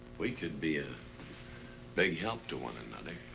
we could be a big help to one another.